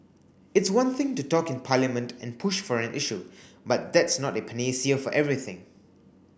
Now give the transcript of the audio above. it's one thing to talk in Parliament and push for an issue but that's not a panacea for everything